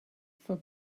for